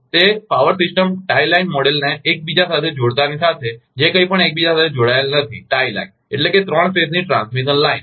તે power system tie line મોડેલને એકબીજા સાથે જોડતાની સાથે જ કંઈપણ એકબીજા સાથે જોડાયેલ નથી ટાઇ લાઇન એટલે ત્રણ ફેઝની ટ્રાન્સમિશન લાઇન